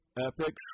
Epic